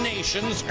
Nations